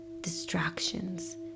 distractions